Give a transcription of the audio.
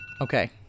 Okay